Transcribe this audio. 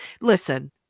Listen